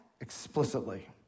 explicitly